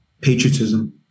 patriotism